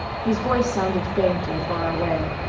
his voice sounded faint and far away.